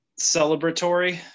celebratory